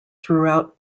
throughout